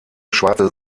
schwarze